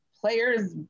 players